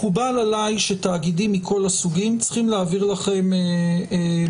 מקובל עליי שתאגידים מכל הסוגים צריכים להעביר לכם מייל.